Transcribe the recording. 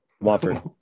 Watford